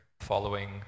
following